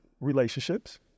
relationships